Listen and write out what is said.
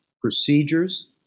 procedures